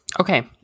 Okay